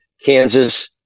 Kansas